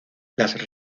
las